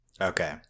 Okay